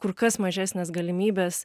kur kas mažesnes galimybes